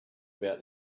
about